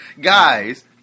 Guys